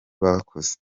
bakoze